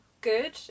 good